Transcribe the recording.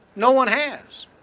no one has!